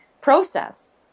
process